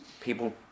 people